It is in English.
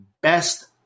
best